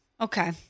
Okay